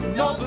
no